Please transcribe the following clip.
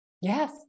Yes